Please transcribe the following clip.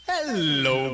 Hello